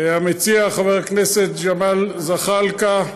המציע חבר הכנסת ג'מאל זחאלקה,